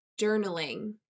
journaling